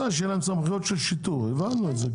את רוצה שיהיה להם סמכויות של שיטור, הבנו את זה.